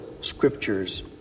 scriptures